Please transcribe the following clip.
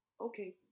okay